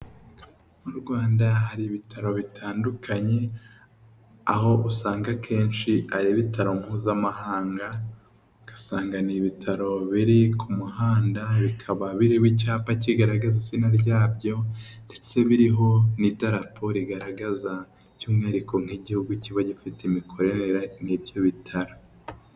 Mu Rwanda hari ibitaro bitandukanye aho usanga akenshi ari ibitaro mpuzamahanga ugasanga ni ibitaro biri ku muhanda bikaba birimo icyapa kigaragaza izina ryabyo ndetse biriho n'idarapo rigaragaza by'umwihariko nk'igihugu kiba gifite imikorere n'ibyo bitaro.